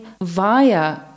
via